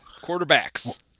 Quarterbacks